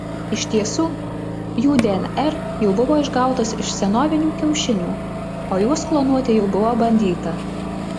iš tiesų jų dnr jau buvo išgautas iš senovinių kiaušinių o juos klonuoti jau buvo bandyta